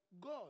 God